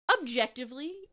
objectively